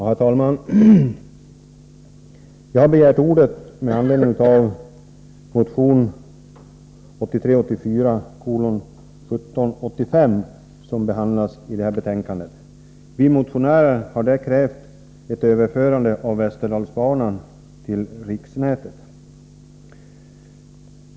Herr talman! Jag har begärt ordet med anledning av motion 1983/84:1785, som behandlas i betänkande nr 17. Vi motionärer har i denna motion krävt ett överförande av Västerdalsbanan till riksnätet.